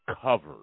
covered